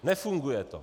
Nefunguje to.